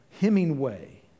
Hemingway